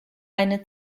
eine